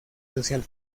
social